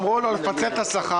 אמרו לו לפצל את השכר,